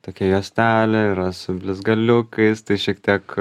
tokia juostelė yra su blizgaliukais tai šiek tiek